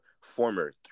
former